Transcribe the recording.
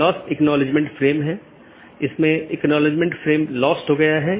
जबकि जो स्थानीय ट्रैफिक नहीं है पारगमन ट्रैफिक है